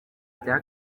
bya